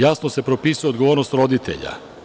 Jasno se propisuje odgovornost roditelja.